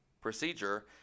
procedure